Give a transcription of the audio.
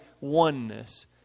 oneness